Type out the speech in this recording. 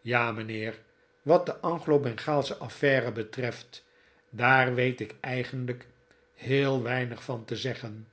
ja mijnheer wat de ahglo bengaalsche affaire betreft daar weet ik eigenlijk heel weinig van te zeggen